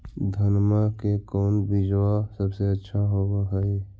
धनमा के कौन बिजबा सबसे अच्छा होव है?